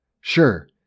Sure